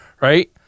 Right